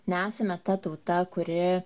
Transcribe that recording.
nesame ta tauta kuri